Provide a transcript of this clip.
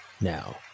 Now